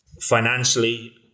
financially